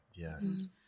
Yes